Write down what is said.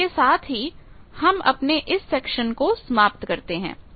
तो यहां हम अपने इस सेक्शन को समाप्त करते हैं